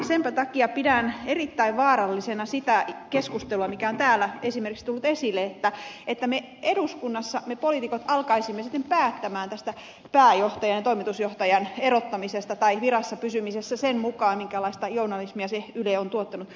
senpä takia pidän erittäin vaarallisena sitä keskustelua mikä on täällä esimerkiksi tullut esille että eduskunnassa me poliitikot alkaisimme sitten päättää tästä pääjohtajan ja toimitusjohtajan erottamisesta tai virassa pysymisestä sen mukaan minkälaista journalismia yle on tuottanut